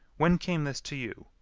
when came this to you?